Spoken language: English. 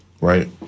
Right